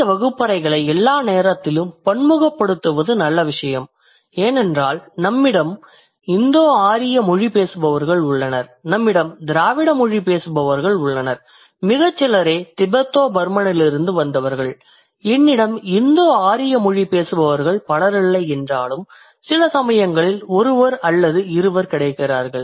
இந்திய வகுப்பறைகளை எல்லா நேரத்திலும் பன்முகப்படுத்தப்படுவது நல்ல விசயம் ஏனென்றால் நம்மிடம் இந்தோ ஆரிய மொழி பேசுபவர்கள் உள்ளனர் நம்மிடம் திராவிட மொழி பேசுபவர்கள் உள்ளனர் மிகச் சிலரே திபெத்தோ பர்மனிலிருந்து வந்தவர்கள் என்னிடம் இந்தோ ஆரிய மொழிகள் பேசுபவர்கள் பலர் இல்லை என்றாலும் சில சமயங்களில் ஒருவர் அல்லது இருவர் கிடைக்கிறார்கள்